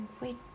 wait